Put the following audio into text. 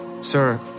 Sir